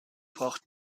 braucht